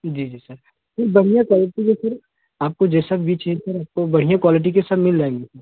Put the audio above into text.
जी जी सर नहीं बढ़िया क्वालिटी है सर आपको जैसा भी चाहिए सर आपको बढ़िया क्वालिटी के सर मिल जाएँगे